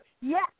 Yes